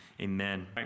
Amen